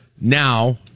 now